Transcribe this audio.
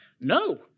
no